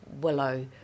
Willow